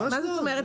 מה זאת אומרת?